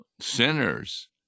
Sinners